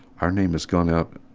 our name has gone out.